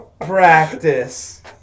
Practice